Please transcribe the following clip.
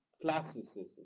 classicism